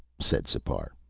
said sipar,